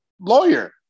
lawyer